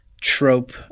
trope